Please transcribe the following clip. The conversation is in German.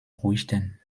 ruijten